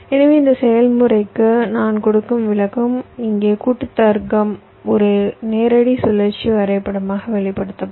எனவே இந்த செயல்முறைக்கு நான் கொடுக்கும் விளக்கம் இங்கே கூட்டு தர்க்கம் ஒரு நேரடி சுழற்சி வரைபடமாக வெளிப்படுத்தப்படும்